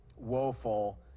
woeful